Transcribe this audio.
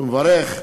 והוא מברך: